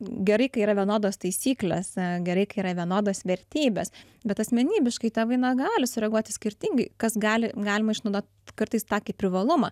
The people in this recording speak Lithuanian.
gerai kai yra vienodos taisyklės gerai kai yra vienodas vertybės bet asmenybiškai tėvai na gali sureaguoti skirtingai kas gali galima išnaudot kartais takį privalumą